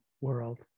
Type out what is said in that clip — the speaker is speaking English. world